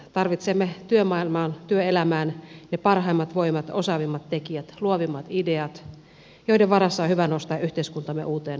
tarvitsemme työmaailmaan työelämään ne parhaimmat voimat osaavimmat tekijät luovimmat ideat joiden varassa on hyvä nostaa yhteiskuntamme uuteen nousuun